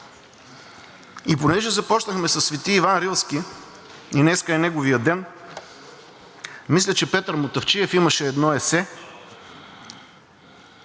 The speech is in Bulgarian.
И понеже започнахме със Свети Иван Рилски, и днес е неговият ден, мисля, че Петър Мутафчиев имаше едно есе